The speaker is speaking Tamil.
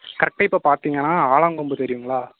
கரெக்டாக இப்போ பார்த்தீங்கன்னா ஆலங்கொம்பு தெரியுங்களா